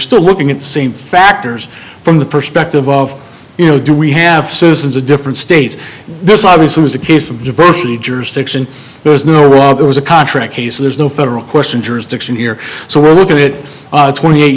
still looking at the same factors from the perspective of you know do we have citizens of different states there's always some is a case of diversity jurisdiction there is no rob it was a contract case there's no federal question jurisdiction here so we're look at it twenty eight